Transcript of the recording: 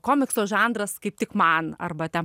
komikso žanras kaip tik man arba ten